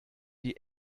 die